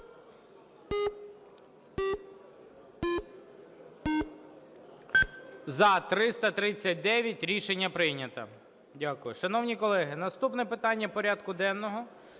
За-339 Рішення прийнято.